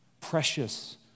precious